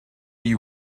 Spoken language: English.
you